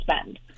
spend